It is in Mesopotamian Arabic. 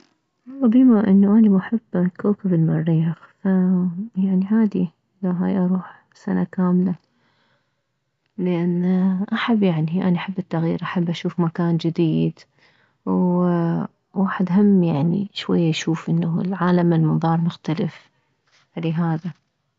والله بما انه اني محبة لكوكب المريخ فيعني عادي لو هاي اروح سنة كاملة لان احب يعني اني احب التغيير احب اشوف مكان جديد وواحد هم يعني شوية يشوف انه العالم من منظار مختلف فلهذا